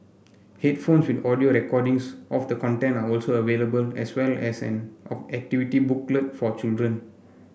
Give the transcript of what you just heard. headphones with audio recordings of the content are also available as well as an all activity booklet for children